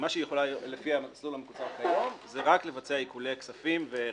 מה שהיא יכולה לפי המסלול המקוצר כיום זה רק לבצע עיקולי כספים ורכבים.